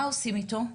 מה עושים איתו?